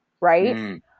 right